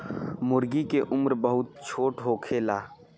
मूर्गी के उम्र बहुत छोट होखेला